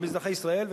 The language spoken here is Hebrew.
והם אזרחי ישראל,